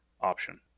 option